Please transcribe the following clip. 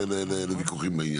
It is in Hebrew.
תן לו להיות פעם אחרון חביב.